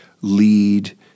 lead